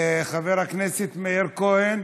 חבר הכנסת מאיר כהן,